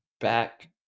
back